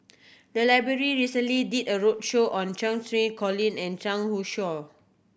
the library recently did a roadshow on Cheng Xinru Colin and Zhang Youshuo